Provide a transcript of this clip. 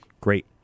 great